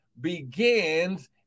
begins